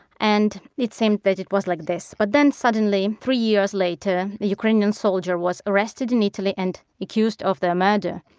and it seemed that it was like this. but then suddenly three years later, a ukrainian soldier was arrested in italy and accused of their murder.